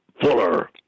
Fuller